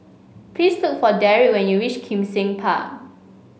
please look for Darrick when you reach Kim Seng Park